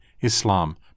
Islam